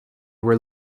were